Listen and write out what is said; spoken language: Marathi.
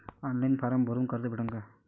ऑनलाईन फारम भरून कर्ज भेटन का?